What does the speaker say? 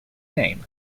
name